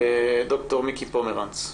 ד"ר מיקי פומרנץ.